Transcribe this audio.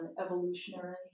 evolutionary